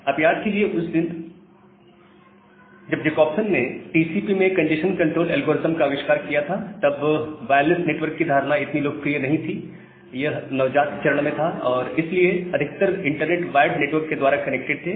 आप याद कीजिए उन दिन हो जब जकोब्सन ने टीसीपी में कंजेस्शन कंट्रोल एल्गोरिदम का अविष्कार किया था तब वायरलेस नेटवर्क की धारणा इतनी लोकप्रिय नहीं थी यह नवजात चरण में था इसलिए अधिकतर इंटरनेट वायर्ड नेटवर्क के द्वारा कनेक्टेड थे